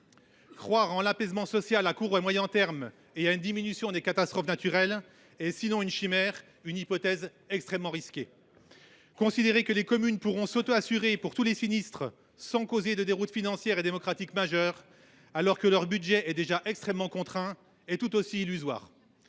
Croire en l’apaisement social à court et moyen termes et à une diminution des catastrophes naturelles est, sinon une chimère, à tout le moins une hypothèse extrêmement risquée. Considérer que les communes pourront s’auto assurer pour tous les sinistres sans causer de déroutes financières et démocratiques majeures, alors que leur budget est déjà extrêmement contraint, est tout aussi illusoire.,